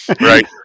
Right